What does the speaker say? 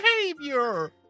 behavior